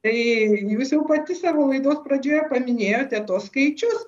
tai jūs jau pati savo laidos pradžioje paminėjote tuos skaičius